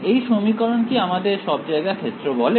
এই সমীকরণ কি আমাদের সব জায়গায় ক্ষেত্র বলে